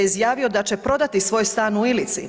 Izjavio da će prodati svoj stan u Ilici.